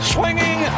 Swinging